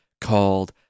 called